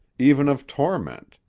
even of torment,